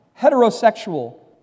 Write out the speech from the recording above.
heterosexual